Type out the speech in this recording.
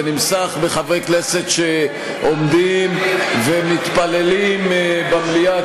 זה נמשך בחברי כנסת שעומדים ומתפללים במליאה,